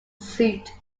suit